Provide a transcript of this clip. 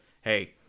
hey